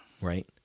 right